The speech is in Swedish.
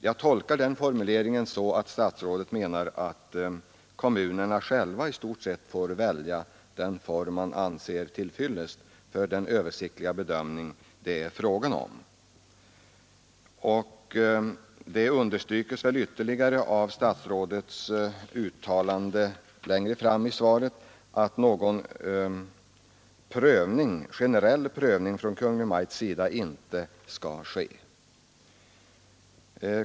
Jag tolkar den formuleringen så, att statsrådet menar att kommunerna själva i stort sett får välja den form de anser till fyllest för den översiktliga bedömning som det är fråga om. Det understryks ytterligare av statsrådets uttalande längre fram i svaret att Kungl. Maj:t inte skall göra någon generell prövning.